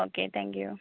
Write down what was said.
okay thank you